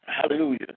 Hallelujah